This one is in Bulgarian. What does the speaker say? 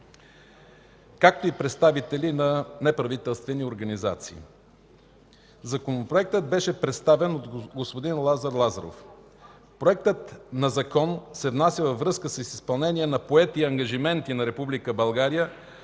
както и представители на неправителствени организации. Законопроектът беше представен от господин Лазар Лазаров. Проектът на закон се внася във връзка с изпълнение на поети ангажименти на